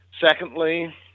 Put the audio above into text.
Secondly